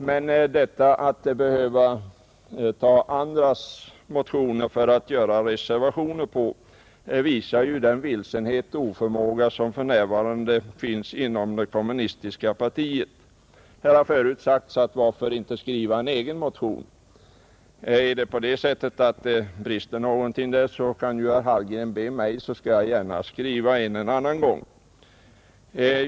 Men att ta andras motioner för att göra reservationer på visar den vilsenhet och oförmåga som för närvarande finns inom det kommunistiska partiet. Här har förut sagts: Varför inte skriva en egen motion? Om det brister därvidlag kan ju herr Hallgren be mig, så skall jag gärna skriva en motion någon annan gång.